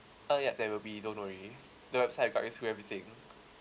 oh yup there will be don't worry the website got you through everything